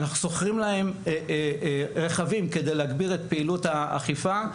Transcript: אנחנו שוכרים להם רכבים כדי להגביר את פעילות האכיפה,